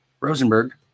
Rosenberg